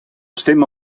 stemma